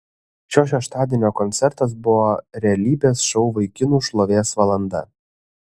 šio šeštadienio koncertas buvo realybės šou vaikinų šlovės valanda